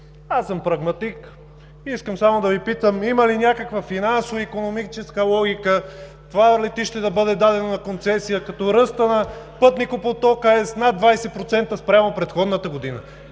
аз съм прагматик и искам само да Ви питам, има ли някаква финансово-икономическа логика това летище да бъде дадено на концесия, като ръстът на пътникопотока е с над 20% спрямо предходната година.